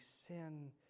sin